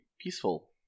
peaceful